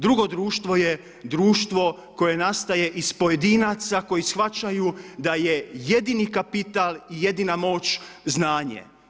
Drugo društvo je društvo koje nastaje iz pojedinaca koji shvaćaju da je jedini kapital i jedina moć znanje.